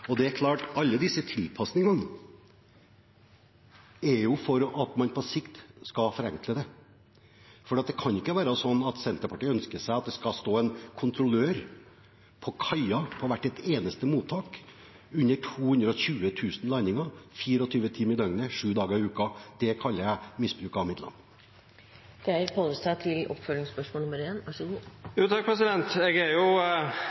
Det er klart at alle disse tilpasningene er for at man på sikt skal forenkle. Det kan ikke være slik at Senterpartiet ønsker at det skal stå en kontrollør på kaien på hvert eneste mottak under 220 000 landinger 24 timer i døgnet 7 dager i uken. Det kaller jeg misbruk av midler. Eg er veldig overraska over kor store ord ein går inn med i denne diskusjonen. Sjølvsagt er